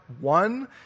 one